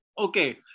Okay